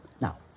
Now